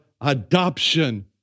adoption